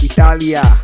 Italia